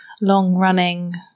long-running